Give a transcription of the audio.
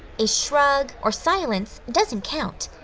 a shrug or silence doesn't count,